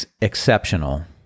exceptional